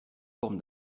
forme